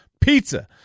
pizza